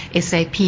SAP